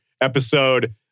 episode